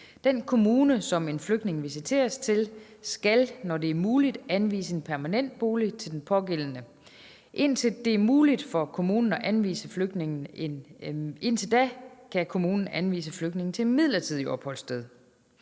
Den kommune, som en flygtning visiteres til, skal, når det er muligt, anvise en permanent bolig til den pågældende. Indtil da kan kommunen anvise flygtningene til et midlertidigt opholdssted.